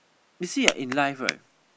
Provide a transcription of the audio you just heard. you see ah in life right